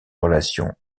relations